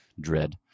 dread